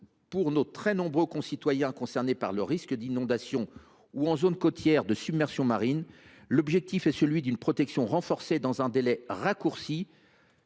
à nos très nombreux concitoyens concernés par le risque d’inondation ou, en zone côtière, de submersion marine une protection renforcée dans un délai raccourci,